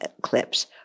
clips